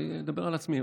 אני אדבר על עצמי,